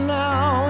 now